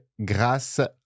grâce